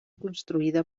construïda